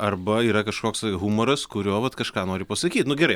arba yra kažkoks humoras kuriuo vat kažką nori pasakyti nu gerai